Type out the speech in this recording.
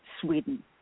Sweden